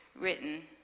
written